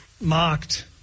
mocked